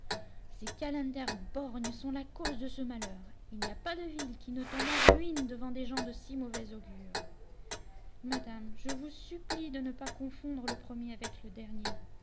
ces calenders borgnes sont la cause de ce malheur il n'y a pas de ville qui ne tombe en ruine devant des gens de si mauvais augure madame je vous supplie de ne pas confondre le premier avec le dernier